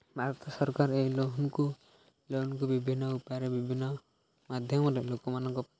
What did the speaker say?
ଭାରତ ସରକାର ଏହି ଲୋନ୍କୁ ଲୋନ୍କୁ ବିଭିନ୍ନ ଉପାୟରେ ବିଭିନ୍ନ ମାଧ୍ୟମରେ ଲୋକମାନଙ୍କୁ